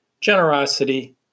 generosity